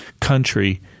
country